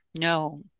No